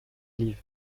liv